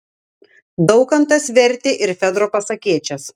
daukantas vertė ir fedro pasakėčias